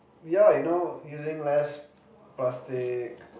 yeah you know using less plastic